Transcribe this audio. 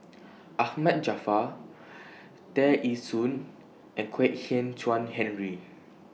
Ahmad Jaafar Tear Ee Soon and Kwek Hian Chuan Henry